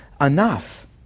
enough